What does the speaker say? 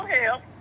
help